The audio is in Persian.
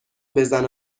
بزن